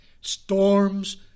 storms